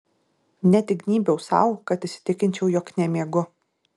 net įgnybiau sau kad įsitikinčiau jog nemiegu